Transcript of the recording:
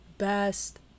best